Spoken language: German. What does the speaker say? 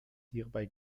hierbei